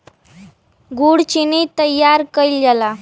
गुड़ चीनी तइयार कइल जाला